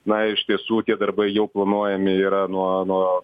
na iš tiesų tie darbai jau planuojami yra nuo nuo